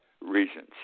reasons